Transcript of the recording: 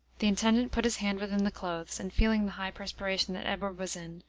the intendant put his hand within the clothes, and feeling the high perspiration that edward was in,